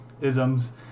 isms